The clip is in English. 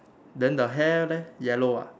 then the hair leh yellow ah